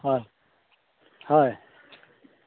হয় হয়